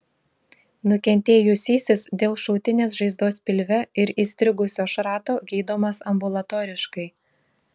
nukentėjusysis dėl šautinės žaizdos pilve ir įstrigusio šrato gydomas ambulatoriškai